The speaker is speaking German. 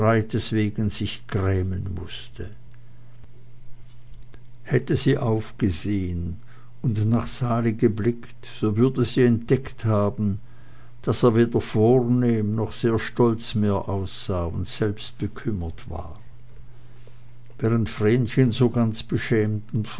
wegen sich grämen mußte hätte sie aufgesehen und nach sali geblickt so würde sie entdeckt haben daß er weder vornehm noch sehr stolz mehr aussah und selbst bekümmert genug war während vrenchen so ganz beschämt